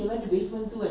oh